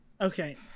Okay